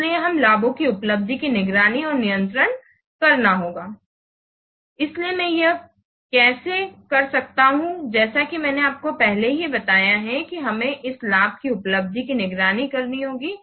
इसलिए हमें लाभों की उपलब्धि की निगरानी और नियंत्रण करना होगा इसलिए मैं यह कैसे कर सकता हूं जैसा कि मैंने पहले ही आपको बताया है कि हमें इस लाभ की उपलब्धि की निगरानी करनी होगी